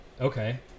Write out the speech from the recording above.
Okay